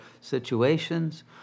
situations